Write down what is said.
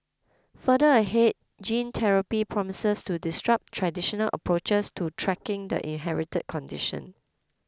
further ahead gene therapy promises to disrupt traditional approaches to tracking the inherited condition